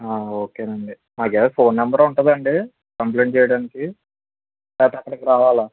okay అండి మాకు ఏమన్న ఫోన్ నెంబర్ ఉంటుంది అండి కంప్లైంట్ చేయడానికి లేకపోతే అక్కడికి రావాల